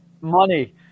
Money